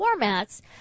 formats